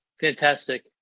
Fantastic